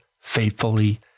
faithfully